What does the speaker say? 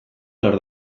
lor